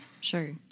Sure